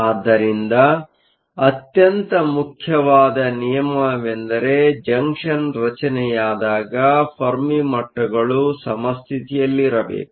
ಆದ್ದರಿಂದ ಅತ್ಯಂತ ಮುಖ್ಯವಾದ ನಿಯಮವೆಂದರೆ ಜಂಕ್ಷನ್ ರಚನೆಯಾದಾಗ ಫೆರ್ಮಿಮಟ್ಟಗಳು ಸಮಸ್ಥಿತಿಯಲ್ಲಿರಬೇಕು